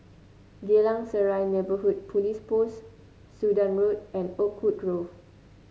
Geylang Serai Neighbourhood Police Post Sudan Road and Oakwood Grove